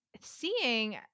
seeing